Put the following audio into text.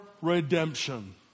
redemption